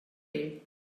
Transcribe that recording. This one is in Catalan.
ell